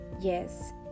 yes